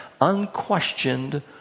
Unquestioned